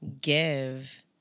give